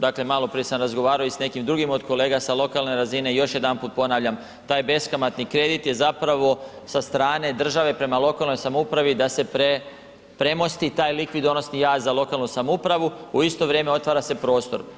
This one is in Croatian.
Dakle, maloprije sam razgovarao i s nekim drugim od kolega sa lokalne razine i još jedanput ponavljam taj beskamatni kredit je zapravo sa strane države prema lokalnoj samoupravi da se premosti taj likvidonosni jaz za lokalnu samoupravu, u isto vrijeme otvara se prostor.